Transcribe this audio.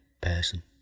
person